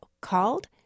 called